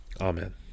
Amen